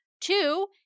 Two